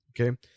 okay